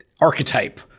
archetype